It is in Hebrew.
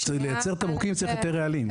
כדי לייצר תמרוקים צריך יותר רעלים.